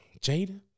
Jada